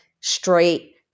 straight